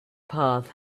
path